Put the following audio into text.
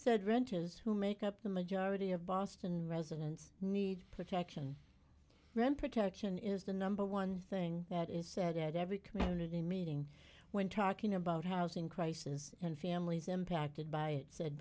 said renters who make up the majority of boston residents need protection rent protection is the number one thing that is said at every community meeting when talking about housing crisis and families impacted by it said